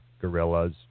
gorillas